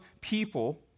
people